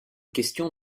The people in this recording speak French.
question